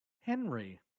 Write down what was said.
Henry